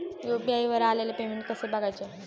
UPI वर आलेले payment कसे बघायचे?